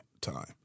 time